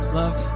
love